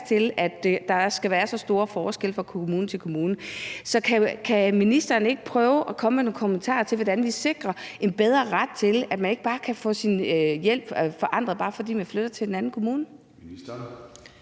til, at der skal være så store forskelle fra kommune til kommune. Så kan ministeren ikke prøve at komme med nogle kommentarer til, hvordan vi sikrer borgeren en bedre ret, så man ikke kan få sin hjælp forandret, bare fordi man flytter til en anden kommune?